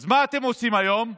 אז מה אתם עושים היום?